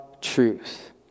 truth